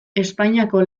espainiako